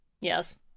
Yes